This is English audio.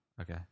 Okay